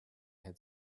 had